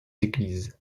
églises